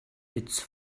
its